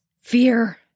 fear